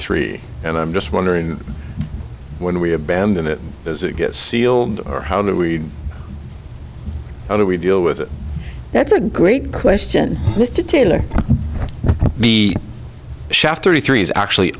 three and i'm just wondering when we abandon it as it gets sealed or how do we how do we deal with it that's a great question mr taylor the chef thirty three is actually